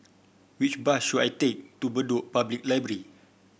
which bus should I take to Bedok Public Library